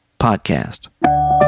Podcast